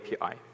API